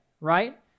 right